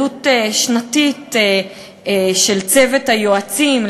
עלות שנתית של צוות היועצים,